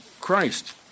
Christ